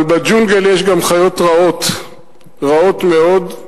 אבל בג'ונגל יש גם חיות רעות, רעות מאוד,